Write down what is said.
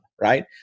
Right